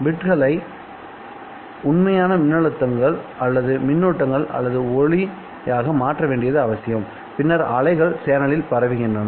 பிட்களை உண்மையான மின்னழுத்தங்கள் அல்லது மின்னூட்டங்கள் அல்லது ஒளியாக மாற்ற வேண்டியது அவசியம்பின்னர் அலைகள் சேனலில் பரவுகின்றன